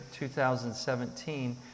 2017